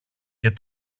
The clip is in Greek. και